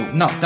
no